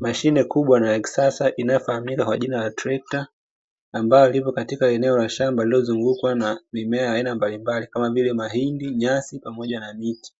Mashine kubwa na ya kisasa inayofahamika kwa jina la trekta ambayo lipo katika eneo la shamba lililozungukwa na mimea ya aina mbalimbali kama vile mahindi, nyasi pamoja na miti,